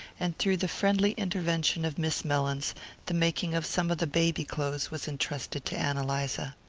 and through the friendly intervention of miss mellins the making of some of the baby-clothes was entrusted to ann eliza.